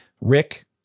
Rick